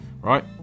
Right